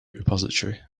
repository